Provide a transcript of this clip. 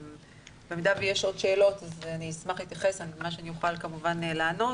במידה ויש עוד שאלות אני אשמח להתייחס ועל מה שאוכל כמובן לענות,